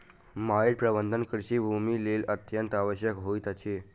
माइट प्रबंधन कृषि भूमिक लेल अत्यंत आवश्यक होइत अछि